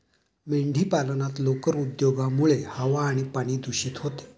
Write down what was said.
मेंढीपालनात लोकर उद्योगामुळे हवा आणि पाणी दूषित होते